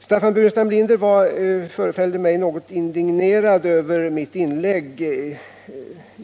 Staffan Burenstam Linder var, föreföll det mig, något indignerad över mitt inlägg.